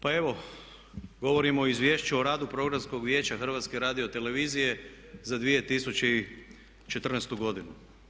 Pa evo govorimo o Izvješću o radu Programskog vijeća HRT-a za 2014. godinu.